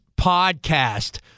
podcast